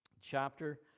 chapter